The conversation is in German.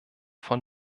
von